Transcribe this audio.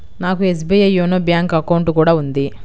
నాకు SBI YONO bank account కూడా ఉంది